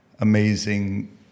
amazing